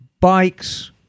bikes